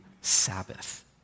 Sabbath